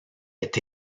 est